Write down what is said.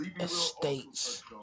estates